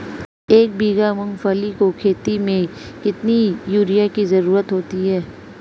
एक बीघा मूंगफली की खेती में कितनी यूरिया की ज़रुरत होती है?